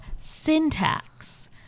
Syntax